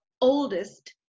oldest